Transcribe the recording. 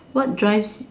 what drives